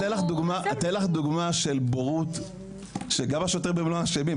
אני אתן לך דוגמא של בורות שגם השוטרים הם לא אשמים,